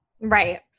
right